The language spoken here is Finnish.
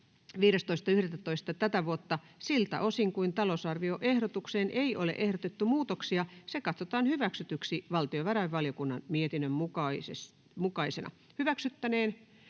15.11.2023. Siltä osin kuin lisäta-lousarvioehdotukseen ei ole ehdotettu muutoksia, se katsotaan hyväksytyksi valtiovarainvaliokunnan mietinnön mukaisena.